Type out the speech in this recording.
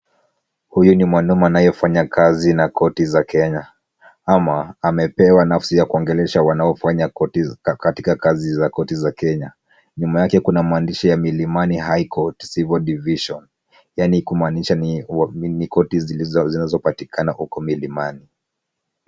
Huyu ni mwanamume anayefanya kazi na korti za Kenya ama amepewa nafsi ya kuongelesha wanaofanya katika kazi za korti za Kenya. Nyuma yake kuna maandishi ya Milimani Law Courts Civil Division yaani kumaanisha ni korti zinazopatikana huko Milimani.